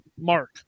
Mark